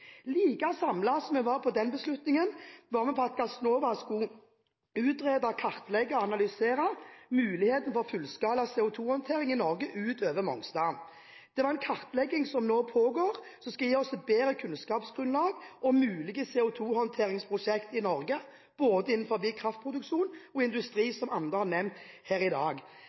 Like samlet som vi var om den beslutningen, var vi om at Gassnova skulle utrede, kartlegge og analysere muligheten for fullskala CO2-håndtering i Norge utover Mongstad. Det var en kartlegging som nå pågår, som skulle gi oss bedre kunnskapsgrunnlag om mulige CO2-håndteringsprosjekt i Norge innenfor både kraftproduksjon og industri, som andre har nevnt her i dag.